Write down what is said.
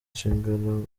shingiro